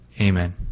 Amen